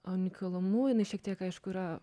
unikalumu jinai šiek tiek aišku yra